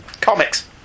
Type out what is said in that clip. comics